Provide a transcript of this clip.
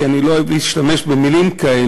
כי אני לא אוהב להשתמש במילים כאלה,